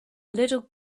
little